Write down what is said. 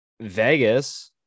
Vegas